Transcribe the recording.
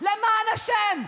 למען השם.